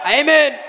amen